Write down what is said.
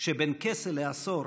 שבין כסה לעשור